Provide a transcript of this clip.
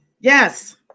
Yes